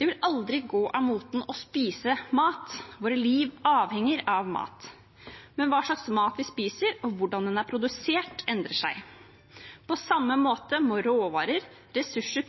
Det vil aldri gå av moten å spise mat – våre liv avhenger av mat. Men hva slags mat vi spiser, og hvordan den blir produsert, endrer seg. På samme måte må råvarer, ressurser,